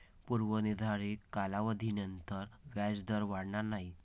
पूर्व निर्धारित कालावधीनंतर व्याजदर वाढणार नाही